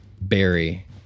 Barry